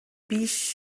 биш